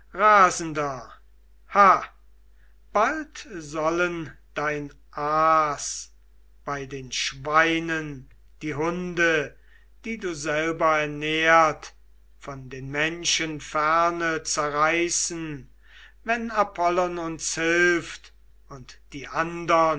rasender ha bald sollen dein aas bei den schweinen die hunde die du selber ernährt von den menschen ferne zerreißen wenn apollon uns hilft und die andern